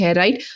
right